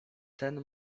ten